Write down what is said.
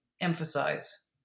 emphasize